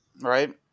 right